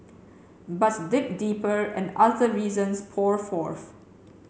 but dig deeper and other reasons pour forth